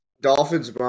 Dolphins